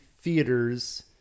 theaters